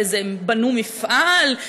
בנו מפעל,